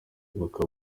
impanuka